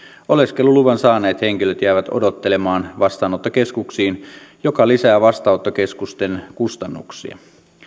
oleskeluluvan saaneet henkilöt jäävät odottelemaan vastaanottokeskuksiin mikä lisää vastaanottokeskusten kustannuksia